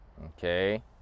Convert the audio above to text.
Okay